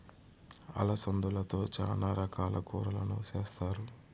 అలసందలతో చానా రకాల కూరలను చేస్తారు